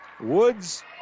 Woods